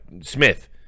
Smith